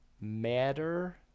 Matter